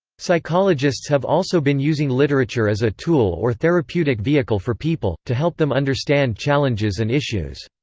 psychologists have also been using literature as a tool or therapeutic vehicle for people, to help them understand challenges and issues.